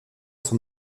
son